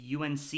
UNC